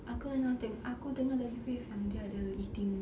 aku dengar aku dengar dari faith yang dia ada eating